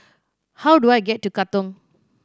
how do I get to Katong